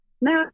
now